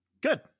Good